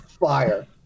fire